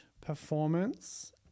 performance